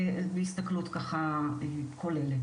זה בהסתכלות ככה כוללת.